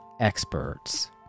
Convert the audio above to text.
experts